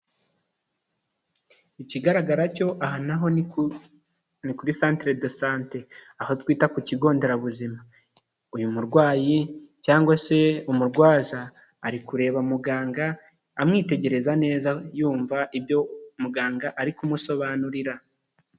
Ikigaragara cyo aha naho ni kuri centre de sante aho twita ku kigo nderabuzima, uyu murwayi cyangwa se umurwaza ari kureba muganga, amwitegereza neza yumva ibyo muganga ari kumusobanurira.